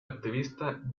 activista